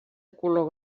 color